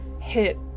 hit